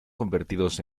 convertidos